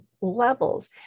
levels